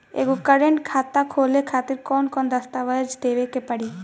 एगो करेंट खाता खोले खातिर कौन कौन दस्तावेज़ देवे के पड़ी?